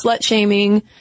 shaming